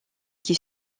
qui